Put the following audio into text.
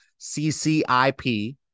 CCIP